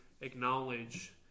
acknowledge